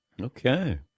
Okay